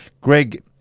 Greg